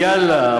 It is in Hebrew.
יאללה,